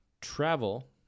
travel